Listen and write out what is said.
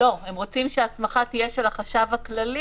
לא, הם רוצים שההסמכה תהיה של החשב הכללי.